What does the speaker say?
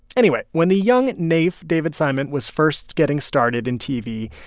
anyway, when the young naif david simon was first getting started in tv,